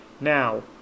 Now